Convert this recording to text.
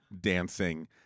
dancing